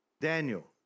Daniel